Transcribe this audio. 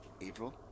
April